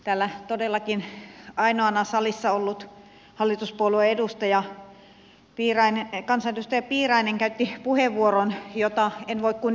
täällä todellakin ainoana salissa ollut hallituspuolueen edustaja kansanedustaja piirainen käytti puheenvuoron jota en voi kuin ihmetellä